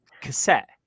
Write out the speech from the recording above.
cassette